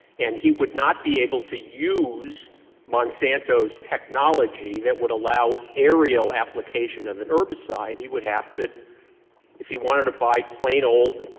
and he would not be able to use monsanto's technology that would allow aerial application of an herbicide. he would have to if he wanted to buy plain old,